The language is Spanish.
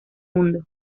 mundo